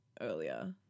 earlier